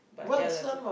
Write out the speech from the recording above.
but yeah lah